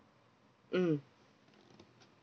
mm